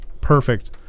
perfect